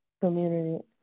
community